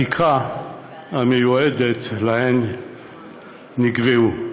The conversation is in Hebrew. והתקרה המיועדת להן נקבעה,